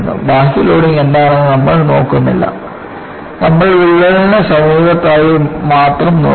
ബാഹ്യ ലോഡിംഗ് എന്താണെന്ന് നമ്മൾ നോക്കുന്നില്ല നമ്മൾ വിള്ളലിന് സമീപത്തായി മാത്രം നോക്കുന്നു